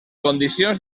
condicions